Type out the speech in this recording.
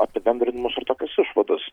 apibendrinimus ir tokias išvadas